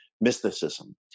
mysticism